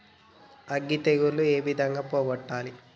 అగ్గి తెగులు ఏ విధంగా పోగొట్టాలి?